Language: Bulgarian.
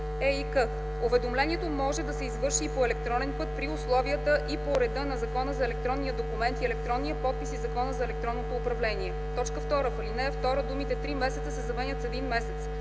ЕИК. Уведомлението може да се извърши и по електронен път, при условията и по реда на Закона за електронния документ и електронния подпис и Закона за електронното управление.” 2. В ал. 2 думите „три месеца” се заменят с „един месец”.